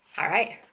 alright,